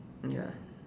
ya